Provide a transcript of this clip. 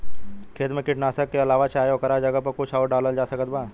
खेत मे कीटनाशक के अलावे चाहे ओकरा जगह पर कुछ आउर डालल जा सकत बा?